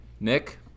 Nick